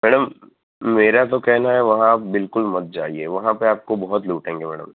madam મેરા તો કહેના હૈ વહાં આપ બિલ્કુલ મત જાઇએ વહાં પે આપકો બહોત લૂટેંગે મેડમ